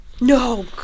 No